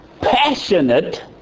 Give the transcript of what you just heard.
Passionate